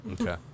Okay